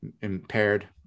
impaired